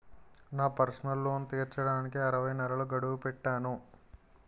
నా personal loan తీర్చడానికి అరవై నెలల గడువు పెట్టాను